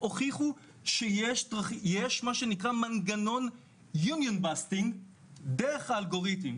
הוכיחו שיש מנגנון שנקרא Union bustingדרך האלגוריתם.